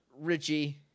Richie